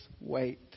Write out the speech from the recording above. wait